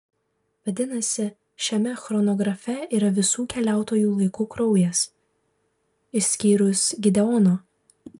vadinasi šiame chronografe yra visų keliautojų laiku kraujas išskyrus gideono